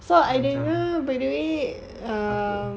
macam apa